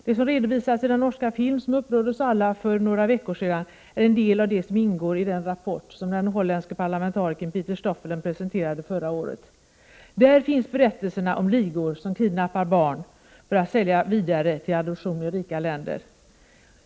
Det som redovisades i den norska film, som upprörde oss alla för några veckor sedan, är en del av det som ingår i den rapport den holländske parlamentarikern Pieter Stoffelen presenterade förra året. I rapporten finns uppgifterna om ligor som kidnappar barn för att sälja dem vidare till adoption i de rika länderna.